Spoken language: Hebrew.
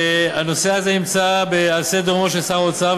שהנושא הזה נמצא על סדר-יומו של שר האוצר,